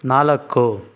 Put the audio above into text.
ನಾಲ್ಕು